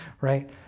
right